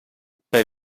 bei